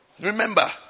Remember